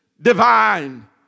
divine